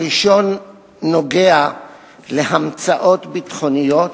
הראשון נוגע לאמצאות ביטחוניות